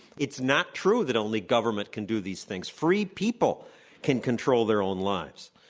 it's not true that only government can do these things. free people can control their own lives.